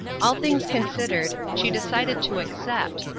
all things considered, she decided to accept,